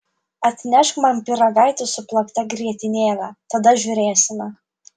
atnešk man pyragaitį su plakta grietinėle tada žiūrėsime